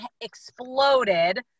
exploded